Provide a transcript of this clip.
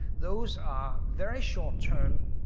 those are very short term.